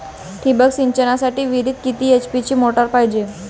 ठिबक सिंचनासाठी विहिरीत किती एच.पी ची मोटार पायजे?